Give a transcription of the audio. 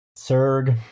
Serg